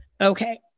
Okay